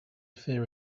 fear